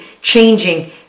changing